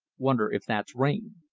wonder if that's rain.